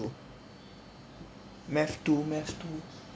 math two math two